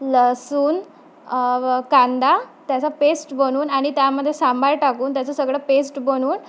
लसूण व कांदा त्याचा पेस्ट बनवून आणि त्यामध्ये सांबार टाकून त्याचं सगळं पेस्ट बनवून